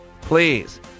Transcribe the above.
Please